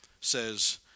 says